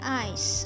eyes